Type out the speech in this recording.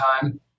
time